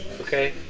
okay